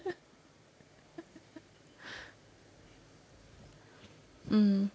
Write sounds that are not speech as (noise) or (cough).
(laughs) (breath) mm